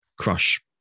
crush